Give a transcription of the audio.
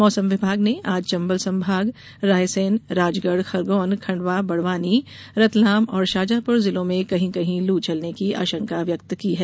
मौसम विभाग ने आज चंबल संभाग रायसेन राजगढ़ खरगोन खंडवा बड़वानी रतलाम और शाजापुर जिलों में कहीं कहीं लू चलने की आशंका व्यक्त की है